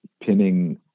pinning